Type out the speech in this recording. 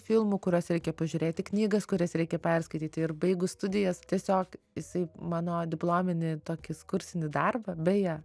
filmų kuriuos reikia pažiūrėti knygas kurias reikia perskaityti ir baigus studijas tiesiog jisai mano diplominį tokį kursinį darbą beje